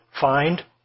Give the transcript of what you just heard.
find